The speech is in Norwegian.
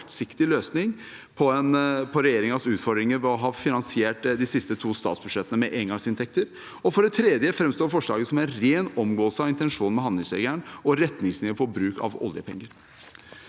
en kortsiktig løsning på regjeringens utfordringer ved å ha finansiert de siste to statsbudsjettene med engangsinntekter. For det tredje framstår forslaget som en ren omgåelse av intensjonene med handlingsregelen og retningslinjene for bruk av oljepenger.